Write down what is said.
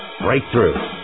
breakthrough